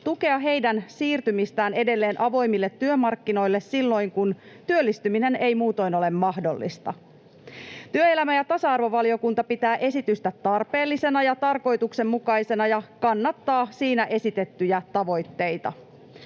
tukea heidän siirtymistään edelleen avoimille työmarkkinoille silloin, kun työllistyminen ei muutoin ole mahdollista. Työelämä‑ ja tasa-arvovaliokunta pitää esitystä tarpeellisena ja tarkoituksenmukaisena ja kannattaa siinä esitettyjä tavoitteita.